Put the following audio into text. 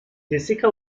jessica